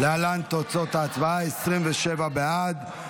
להלן תוצאות ההצבעה: 27 בעד,